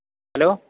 hello